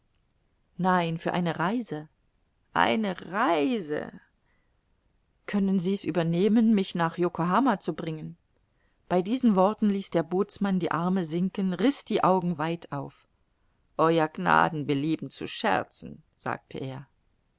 nein für eine reise eine reise können sie's übernehmen mich nach yokohama zu bringen bei diesen worten ließ der bootsmann die arme sinken riß die augen weit auf ew gnaden belieben zu scherzen sagte er